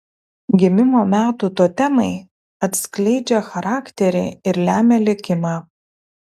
gimimo metų totemai atskleidžia charakterį ir lemia likimą